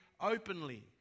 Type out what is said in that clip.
openly